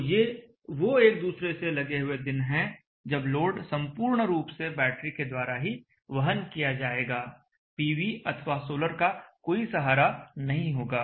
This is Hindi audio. तो ये वो एक दूसरे से लगे हुए दिन हैं जब लोड संपूर्ण रूप से बैटरी के द्वारा ही वहन किया जाएगा पीवी अथवा सोलर का कोई सहारा नहीं होगा